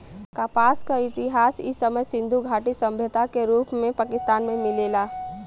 कपास क इतिहास इ समय सिंधु घाटी सभ्यता के रूप में पाकिस्तान में मिलेला